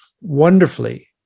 wonderfully